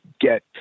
get